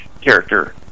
character